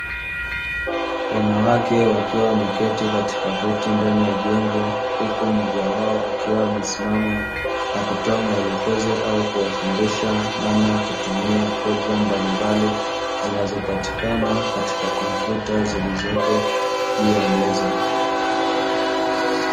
Wanawake wakiwa wameketi ndani ya jengo, huku mmoja akiwa amesimama akitoa maelekezo au kuwafundisha namna ya kutumia program mbalimbali zinazopatikana katika kompyuta zilizopo juu ya meza.